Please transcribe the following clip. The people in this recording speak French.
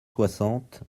soixante